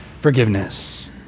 forgiveness